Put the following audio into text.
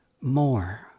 more